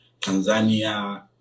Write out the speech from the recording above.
Tanzania